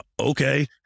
Okay